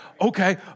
okay